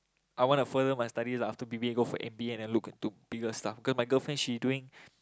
I wanna further my studies ah after B_B go for M_B and look to bigger stuff cause my girlfriend she doing